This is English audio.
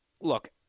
look